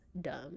dumb